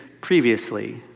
previously